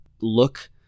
look